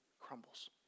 crumbles